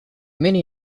many